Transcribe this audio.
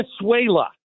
Venezuela